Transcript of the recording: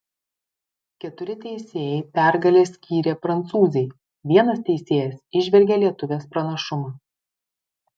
keturi teisėjai pergalę skyrė prancūzei vienas teisėjas įžvelgė lietuvės pranašumą